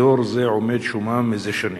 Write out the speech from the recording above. אזור זה עומד שומם זה שנים.